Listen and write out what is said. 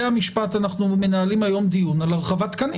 היום אנחנו מנהלים דיון עם בתי המשפט על הרחבת תקנים.